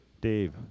Dave